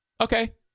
okay